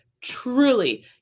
truly